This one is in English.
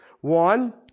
One